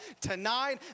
tonight